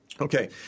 Okay